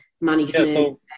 management